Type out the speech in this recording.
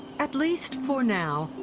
at least for now,